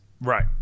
Right